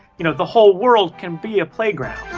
you know, the whole world can be a playground.